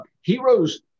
Heroes